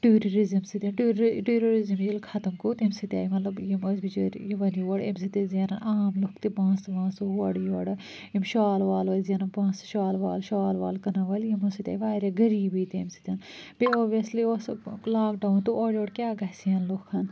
tourism سۭتۍ tourism ییٚلہِ ختم گوٚو تَمہِ سۭتۍ آیہِ مطلب یِم ٲسۍ بِچٲرۍ یِوان یور اَمہِ سۭتۍ ٲسۍ زینان عام لوٗکھ تہِ پٲنٛسہٕ وٲنٛسہٕ ہورٕ یورٕ یِم شال وال ٲسۍ زینان پٲنٛسہٕ شال وال شال وال کٕنان وٲلۍ یِمو سۭتۍ آیہِ واریاہ غریٖبی تہِ اَمہِ سۭتۍ بیٚیہِ اوٚبویٚسلی اوسُکھ لاک ڈاوُن تہٕ اورِ یور کیٛاہ گژھہِ ہان لوٗکھ